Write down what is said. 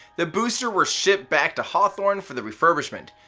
the booster were shipped back to hawthorne for the refurbishment.